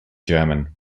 german